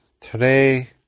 today